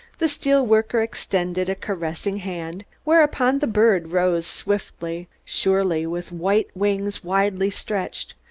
the steel worker extended a caressing hand, whereupon the bird rose swiftly, surely, with white wings widely stretched,